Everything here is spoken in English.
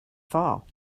fall